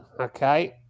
Okay